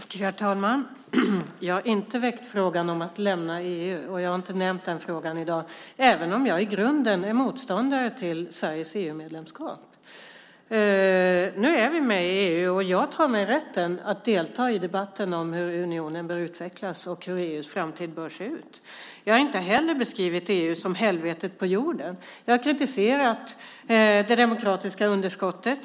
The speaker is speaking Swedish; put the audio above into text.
Herr talman! Jag har inte väckt frågan om att lämna EU. Jag har inte nämnt den frågan i dag, även om jag i grunden är motståndare till Sveriges EU-medlemskap. Nu är vi med i EU, och jag tar mig rätten att delta i debatten om hur unionen bör utvecklas och hur EU:s framtid bör se ut. Jag har inte heller beskrivit EU som helvetet på jorden. Jag har kritiserat det demokratiska underskottet.